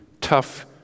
tough